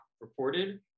reported